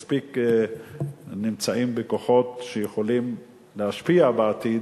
מספיק נמצאים בכוחות שיכולים להשפיע בעתיד,